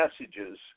messages